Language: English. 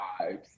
vibes